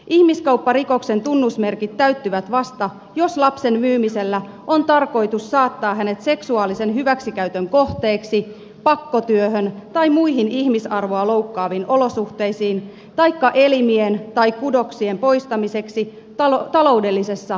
ihmiskaupparikoksen tunnusmerkit täyttyvät vasta jos lapsen myymisellä on tarkoitus saattaa hänet seksuaalisen hyväksikäytön kohteeksi pakkotyöhön tai muihin ihmisarvoa loukkaaviin olosuhteisiin taikka elimien tai kudoksien poistamiseksi taloudellisessa hyötytarkoituksessa